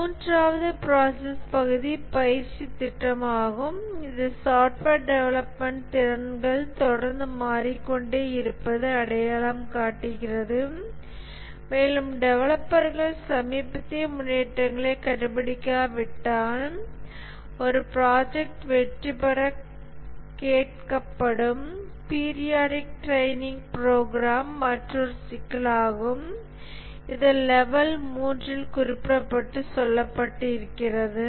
மூன்றாவது ப்ராசஸ் பகுதி பயிற்சித் திட்டமாகும் இது சாஃப்ட்வேர் டெவலப்மெண்ட் திறன்கள் தொடர்ந்து மாறிக்கொண்டே இருப்பது அடையாளம் காட்டுகிறது மேலும் டெவலப்பர்கள் சமீபத்திய முன்னேற்றங்களைக் கடைப்பிடிக்காவிட்டால் ஒரு ப்ராஜெக்ட் வெற்றிபெறக் கேட்கப்படும் பீரியாடிக் ட்ரைனிங் ப்ரோக்ராம் மற்றொரு சிக்கலாகும் இது லெவல் 3 ஆல் குறிப்பிட்டு சொல்லப்பட்டிருக்கிறது